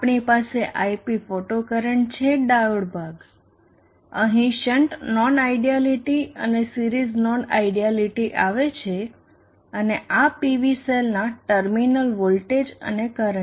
આપણી પાસે i p photo current છે ડાયોડ ભાગ અહીં શન્ટ નોન આયડયાલીટી અને સિરીઝ નોન આયડયાલીટી આવે છે અને આ PV સેલના ટર્મિનલ વોલ્ટેજ અને કરંટ છે